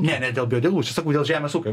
ne ne dėl biodegalų čia sakau dėl žemės ūkio